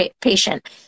patient